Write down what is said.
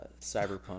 Cyberpunk